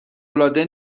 العاده